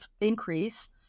increase